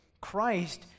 Christ